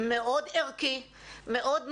מאוד ערכי, מאוד מהותי,